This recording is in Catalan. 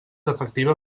efectiva